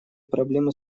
проблемы